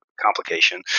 complication